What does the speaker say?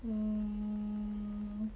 mm